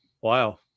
wow